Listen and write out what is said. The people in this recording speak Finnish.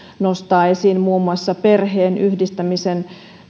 nostaa esiin muun muassa perheenyhdistämisen